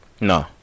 No